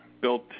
built